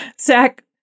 Zach